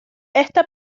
esta